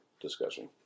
discussion